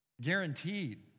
guaranteed